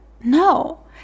no